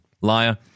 Liar